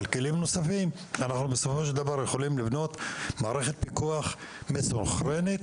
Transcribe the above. אנחנו בסופו של דבר יכולים לבנות מערכת פיקוח מסונכרנת,